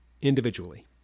individually